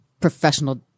professional